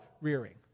rearing